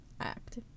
act